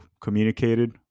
communicated